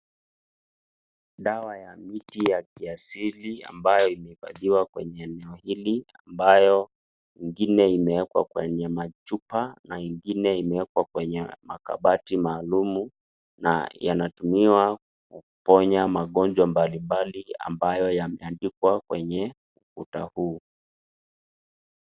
Dawa ya miti ya kiasilia ambayo imepakiwa kwenye eneo hili, ambayo ingine imewekwa kwenye machupa na ingine imewekwa kwenye makabati maalum. Na yanatumiwa kwa kuponya Magonjwa mbali mbali amboyo yameandikwa kwenye ukuto huu.